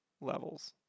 levels